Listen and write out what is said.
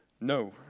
No